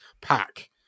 pack